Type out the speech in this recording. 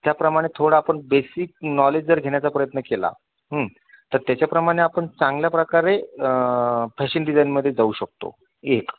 त्याप्रमाणे थोडं आपण बेसिक नॉलेज जर घेण्याचा प्रयत्न केला तर त्याच्याप्रमाणे आपण चांगल्या प्रकारे फॅशन डिझायनमध्येच जाऊ शकतो एक